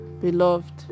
Beloved